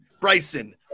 Bryson